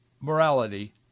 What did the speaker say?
morality